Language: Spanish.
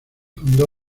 fundó